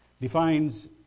defines